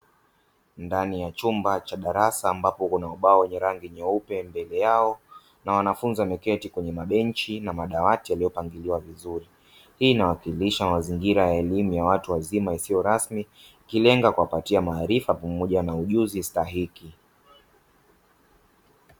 Ndani ya chumba cha darasa ambapo kuna ubao wenye rangi nyeupe pembeni yao na wanafunzi wameketi kwenye mabenchi na madawati yaliyopangiliwa vizuri, hii inawakilisha mazingira ya watu wazima isiyo rasmi ikilenga kuwapatia maarifa pamoja na ujuzi stahiki.